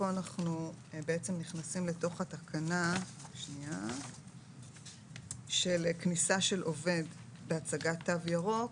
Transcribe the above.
כאן אנחנו נכנסים לתוך התקנה של כניסה של עובד בהצגת תו ירוק